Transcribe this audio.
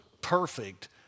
perfect